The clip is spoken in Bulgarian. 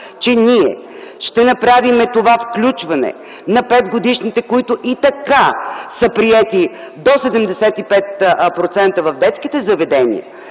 че ние ще направим това включване на 5 годишните, които и така са приети до 75% в детските заведения,